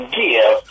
give